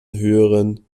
höheren